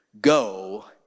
go